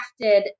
crafted